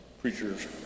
preachers